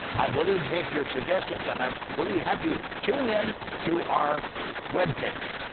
i'm willing to take your suggestions, and i'm willing to have you tune in to our webpage.